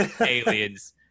aliens